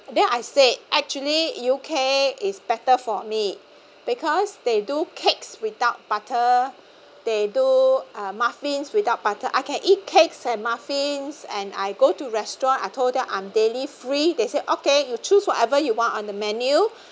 then I said actually U_K is better for me because they do cakes without butter they do uh muffins without butter I can eat cakes and muffins and I go to restaurant I told them I'm dairy free they say okay you choose whatever you want on the menu